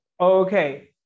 Okay